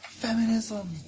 Feminism